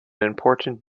important